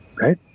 Right